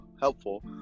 helpful